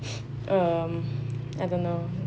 um I don't know